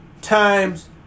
times